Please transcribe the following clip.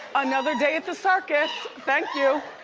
another day at the circus. thank you.